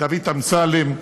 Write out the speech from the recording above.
דוד אמסלם,